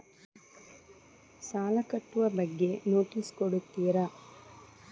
ಸಾಲ ಕಟ್ಟುವ ಬಗ್ಗೆ ನೋಟಿಸ್ ಕೊಡುತ್ತೀರ?